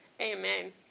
Amen